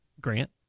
Grant